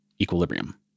equilibrium